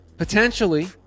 potentially